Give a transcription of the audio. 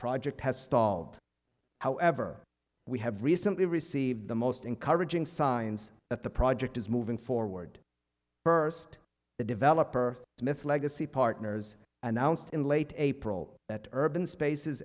project has stalled however we have recently received the most encouraging signs that the project is moving forward first the developer smith legacy partners announced in late april that urban spaces